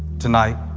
tonight.